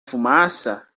fumaça